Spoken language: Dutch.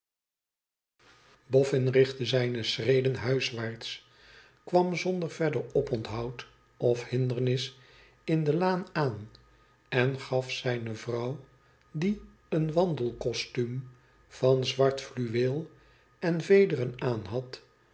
boffin richtte zijne schreden huiswaarts kwam zonder verder oponthoud of hindernis in de laan aan en gaf zijne vrouw die een wandelcostnum van zwart fluweel en vederen aanhad